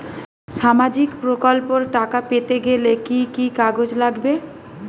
সামাজিক প্রকল্পর টাকা পেতে গেলে কি কি কাগজ লাগবে?